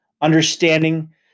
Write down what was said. Understanding